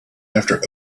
after